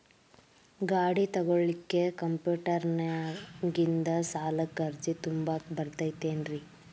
ಗಾಡಿ ತೊಗೋಳಿಕ್ಕೆ ಕಂಪ್ಯೂಟೆರ್ನ್ಯಾಗಿಂದ ಸಾಲಕ್ಕ್ ಅರ್ಜಿ ತುಂಬಾಕ ಬರತೈತೇನ್ರೇ?